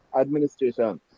administration